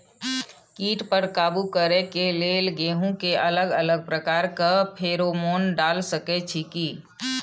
कीट पर काबू करे के लेल गेहूं के अलग अलग प्रकार के फेरोमोन डाल सकेत छी की?